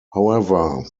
however